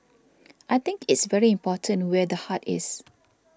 I think it's very important where the heart is